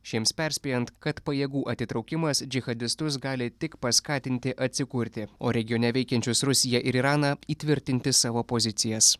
šiems perspėjant kad pajėgų atitraukimas džihadistus gali tik paskatinti atsikurti o regione veikiančius rusiją ir iraną įtvirtinti savo pozicijas